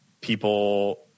people